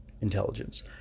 Intelligence